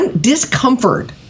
discomfort